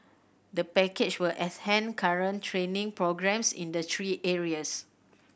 the package will current training programmes in three areas